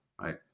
Right